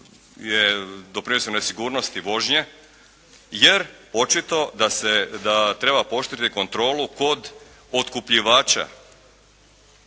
doprinijelo nesigurnosti vožnje jer očito da treba pooštriti kontrolu kod otkupljivača.